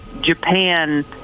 Japan